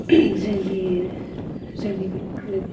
जोंनि जोंनि बे